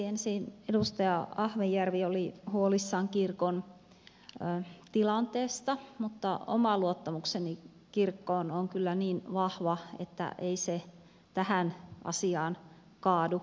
ensinnäkin edustaja ahvenjärvi oli huolissaan kirkon tilanteesta mutta oma luottamukseni kirkkoon on kyllä niin vahva että ei se tähän asiaan kaadu suinkaan